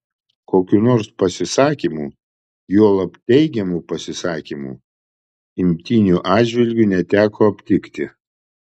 kokių nors pasisakymų juolab teigiamų pasisakymų imtynių atžvilgiu neteko aptikti